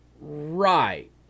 Right